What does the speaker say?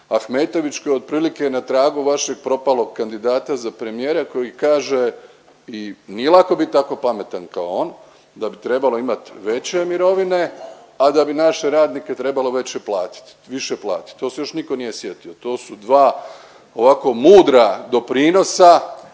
Ahmetović koja je otprilike na tragu vašeg propalog kandidata za premijera koji kaže i nije lako bit tako pametan kao on, da bi trebalo imat veće mirovine, a da bi naše radnike trebalo više platiti, to se još niko nije sjetio, to su dva ovako mudra doprinosa